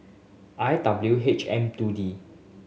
I W H M two D